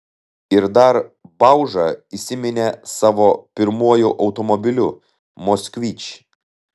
ir dar bauža įsiminė savo pirmuoju automobiliu moskvič